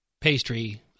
pastry –